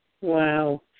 Wow